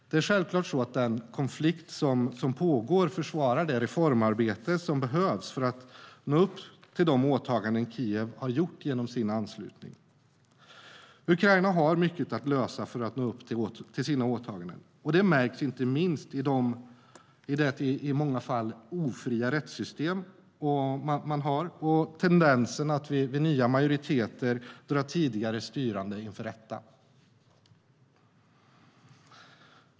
Det är självklart så att den konflikt som pågår försvårar det reformarbete som behövs för att nå upp till de åtaganden Kiev har gjort genom sin anslutning. Ukraina har mycket att lösa för att nå upp till sina åtaganden, och det märks inte minst på det i många delar ofria rättssystem man har och tendensen att vid nya majoriteter dra tidigare styrande inför rätta.